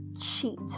cheat